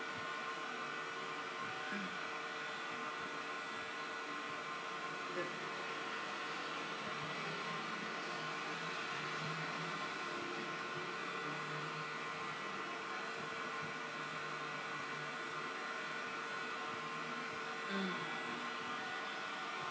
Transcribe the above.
mm